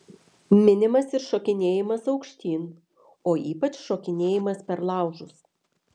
minimas ir šokinėjimas aukštyn o ypač šokinėjimas per laužus